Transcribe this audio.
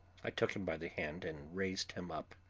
i took him by the hand and raised him up.